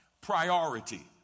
priority